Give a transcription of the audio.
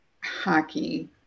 hockey